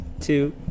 two